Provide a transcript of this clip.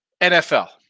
NFL